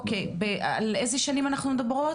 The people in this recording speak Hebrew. על איזה שנים אנחנו מדברות?